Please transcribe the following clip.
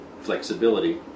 flexibility